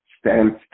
stands